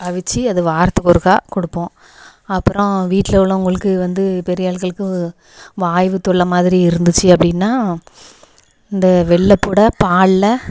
அவித்து அது வாரத்துக்கு ஒருக்கா கொடுப்போம் அப்புறம் வீட்டில் உள்ளவங்களுக்கு வந்து பெரிய ஆட்களுக்கு வாய்வு தொல்லை மாதிரி இருந்துச்சு அப்படின்னா இந்த வெள்ளைப்புட பாலில்